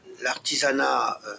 L'artisanat